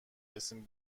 رسیم